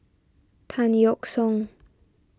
Tan Yeok Seong